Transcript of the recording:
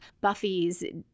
Buffy's